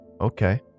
Okay